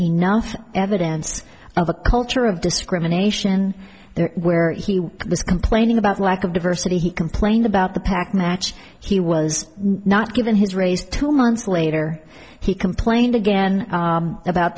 enough evidence of a culture of discrimination there where he was complaining about lack of diversity he complained about the pac match he was not given his raise two months later he complained again about